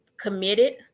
committed